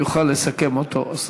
הוא יוכל לסכם אותו.